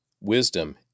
wisdom